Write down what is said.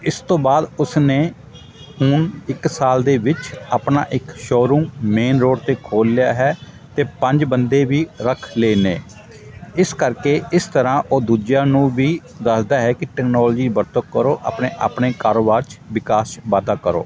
ਇਸ ਤੋਂ ਬਾਅਦ ਉਸ ਨੇ ਹੁਣ ਇੱਕ ਸਾਲ ਦੇ ਵਿੱਚ ਆਪਣਾ ਇੱਕ ਸ਼ੋਅਰੂਮ ਮੇਨ ਰੋਡ 'ਤੇ ਖੋਲ੍ਹ ਲਿਆ ਹੈ ਅਤੇ ਪੰਜ ਬੰਦੇ ਵੀ ਰੱਖ ਲਏ ਨੇ ਇਸ ਕਰਕੇ ਇਸ ਤਰ੍ਹਾਂ ਉਹ ਦੂਜਿਆਂ ਨੂੰ ਵੀ ਦੱਸਦਾ ਹੈ ਕਿ ਟੈਕਨੌਲਜੀ ਦੀ ਵਰਤੋਂ ਕਰੋ ਆਪਣੇ ਆਪਣੇ ਕਾਰੋਬਾਰ 'ਚ ਵਿਕਾਸ 'ਚ ਵਾਧਾ ਕਰੋ